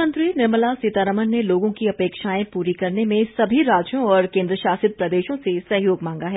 मंत्री वित्तमंत्री निर्मला सीतारामन ने लोगों की अपेक्षाएं पूरी करने में सभी राज्यों और केन द्र शासित प्रदेशों से सहयोग मांगा है